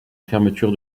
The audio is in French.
fermeture